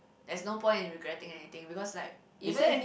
there's no point in regretting anything because like even if